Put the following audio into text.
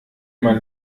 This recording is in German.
man